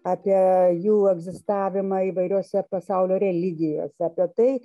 apie jų egzistavimą įvairiose pasaulio religijose apie tai